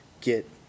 get